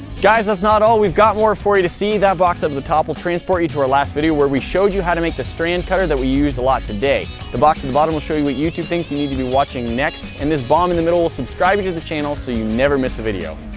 guys, that's not all, we've got more for you to see. that box up at the top will transport you to our last video, where we showed you how to make the strand cutter that we used a lot today. the box at the bottom will show you what youtube thinks you need to be watching next, and this bomb in the middle will subscribe you to the channel, so you never miss a video.